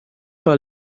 par